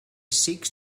seeks